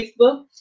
facebook